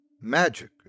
magic